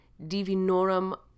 Divinorum